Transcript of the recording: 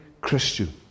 Christian